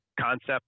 concept